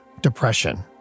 depression